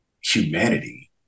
Humanity